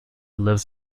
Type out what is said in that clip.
lives